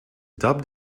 dubbed